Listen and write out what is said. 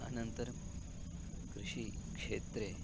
अनन्तरं कृषिक्षेत्रे